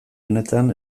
honetan